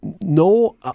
no